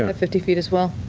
ah fifty feet as well.